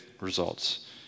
results